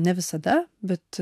ne visada bet